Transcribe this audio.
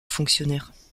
fonctionnaires